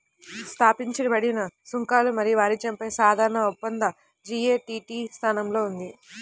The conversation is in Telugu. స్థాపించబడిన సుంకాలు మరియు వాణిజ్యంపై సాధారణ ఒప్పందం జి.ఎ.టి.టి స్థానంలో ఉంది